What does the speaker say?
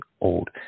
old